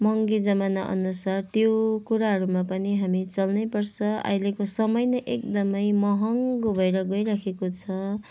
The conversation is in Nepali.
महँगी जमाना अनुसार त्यो कुराहरूमा पनि हामी चल्नै पर्छ अहिलेको समय नै एकदमै महँगो भएर गइराखेको छ